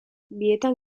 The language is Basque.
bietan